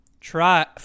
try